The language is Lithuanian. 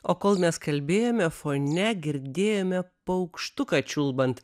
o kol mes kalbėjome fone girdėjome paukštuką čiulbant